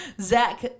zach